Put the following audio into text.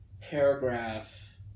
paragraph